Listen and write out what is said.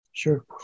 Sure